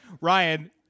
Ryan